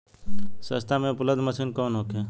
सस्ता में उपलब्ध मशीन कौन होखे?